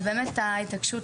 ובאמת, ההתעקשות